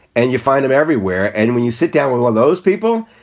and you find him everywhere. and when you sit down with all those people,